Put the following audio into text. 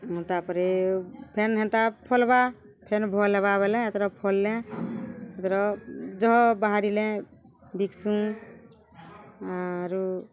ତା'ପରେ ଫେନ୍ ହେନ୍ତା ଫଲ୍ବା ଫେନ୍ ଭଲ୍ ହେବା ବଲେ ଏ ତର ଫଲ୍ଲେ ଏଥିର ଜହ ବାହାରିଲେ ବିକ୍ସୁଁ ଆରୁ